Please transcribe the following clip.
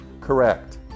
Correct